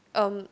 um